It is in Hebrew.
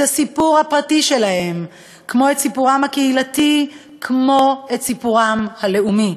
את הסיפור הפרטי שלהם כמו את סיפורם הקהילתי ואת סיפורם הלאומי.